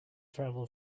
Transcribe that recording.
travel